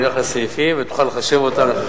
תלך לסעיפים ותוכל לחשב אותם.